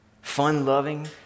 fun-loving